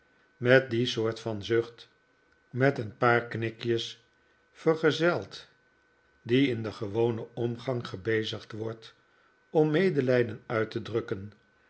met die soort van zucht met een paar knikjes vergezeld die in den gewonen omgang gebezigd wordt om medelijden uit te drukken